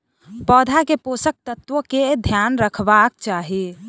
पौधा के पोषक तत्व के ध्यान रखवाक चाही